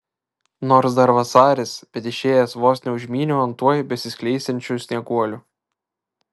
nors dar vasaris bet išėjęs vos neužmyniau ant tuoj besiskleisiančių snieguolių